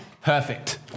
Perfect